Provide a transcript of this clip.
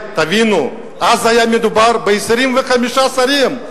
אז היה מדובר ב-25 שרים.